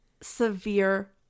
severe